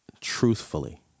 truthfully